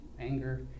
anger